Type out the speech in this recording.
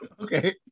Okay